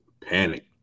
Panic